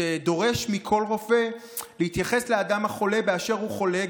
שדורשת מכל רופא להתייחס לאדם החולה באשר הוא חולה,